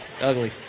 ugly